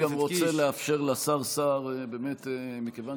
לא, אני גם רוצה לאפשר לשר סער, באמת, מכיוון